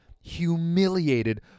humiliated